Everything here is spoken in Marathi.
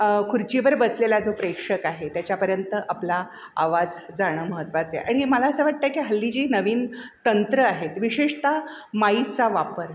खुर्चीवर बसलेला जो प्रेक्षक आहे त्याच्यापर्यंत आपला आवाज जाणं महत्त्वाचे आहे आणि मला असं वाटतं की हल्ली जी नवीन तंत्र आहेत विशेषता माईकचा वापर